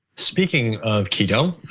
speaking of keto,